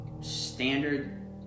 standard